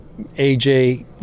AJ